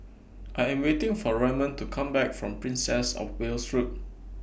I Am waiting For Raymond to Come Back from Princess of Wales Road